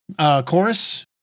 chorus